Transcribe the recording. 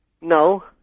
No